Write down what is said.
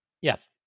Yes